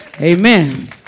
Amen